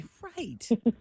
Right